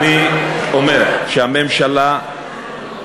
זה הדבר שפוגע בערבים.